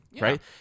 right